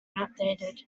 outdated